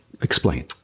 Explain